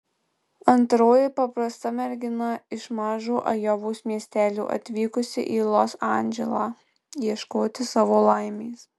antroji paprasta mergina iš mažo ajovos miestelio atvykusi į los andželą ieškoti savo laimės